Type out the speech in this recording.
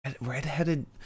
redheaded